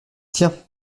tiens